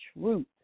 truth